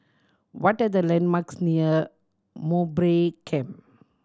what are the landmarks near Mowbray Camp